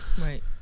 Right